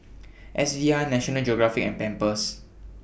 S V R National Geographic and Pampers